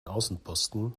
außenposten